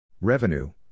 Revenue